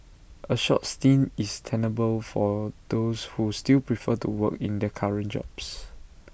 A short stint is tenable for those who still prefer to work in their current jobs